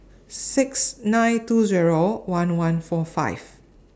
six nine two Zero one one four five